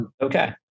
okay